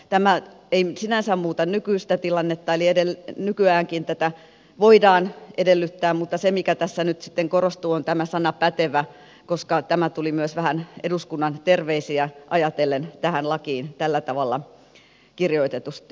tämä ei sinänsä muuta nykyistä tilannetta eli nykyäänkin tätä voidaan edellyttää mutta se mikä tässä nyt sitten korostuu on tämä sana pätevä koska tämä tuli myös eduskunnan terveisiä ajatellen tähän lakiin tällä tavalla kirjoitetuksi